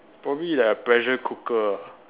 probably like a pressure cooker